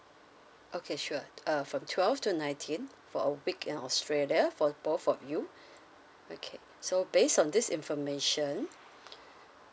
okay sure uh from twelve to nineteen for a week in australia for both of you okay so based on this information